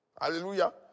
Hallelujah